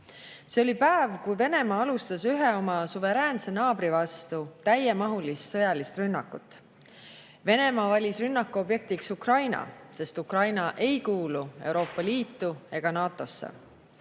See oli päev, kui Venemaa alustas ühe oma suveräänse naabri vastu täiemahulist sõjalist rünnakut. Venemaa valis rünnaku objektiks Ukraina, sest Ukraina ei kuulu Euroopa Liitu ega NATO-sse.